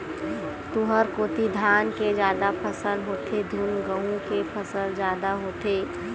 तुँहर कोती धान के जादा फसल होथे धुन गहूँ के फसल जादा होथे?